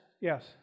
Yes